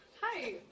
Hi